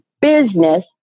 business